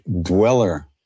dweller